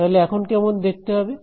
তাহলে এখন কেমন দেখতে হবে